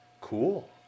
Cool